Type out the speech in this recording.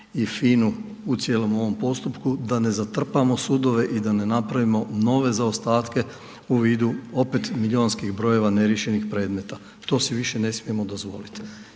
i FINA-u u cijelom ovom postupku, da ne zatrpamo sudove i da ne napravimo nove zaostatke u vidu opet milijunskih brojeva neriješenih predmeta, to si više ne smijemo dozvolit.